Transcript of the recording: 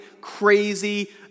crazy